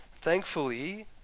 Thankfully